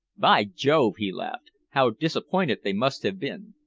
by jove! he laughed, how disappointed they must have been!